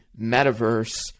metaverse